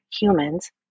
humans